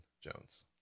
jones